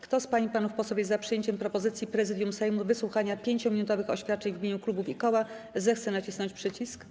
Kto z pań i panów posłów jest za przyjęciem propozycji Prezydium Sejmu dotyczącej wysłuchania 5-minutowych oświadczeń w imieniu klubów i koła, zechce nacisnąć przycisk.